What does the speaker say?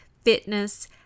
fitness